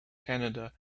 canada